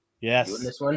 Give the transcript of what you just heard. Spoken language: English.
Yes